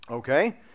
Okay